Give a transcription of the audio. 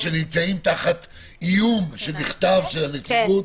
שנמצאים תחת איום של מכתב של הנציבות?